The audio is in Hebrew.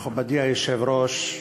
מכובדי היושב-ראש,